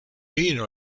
ino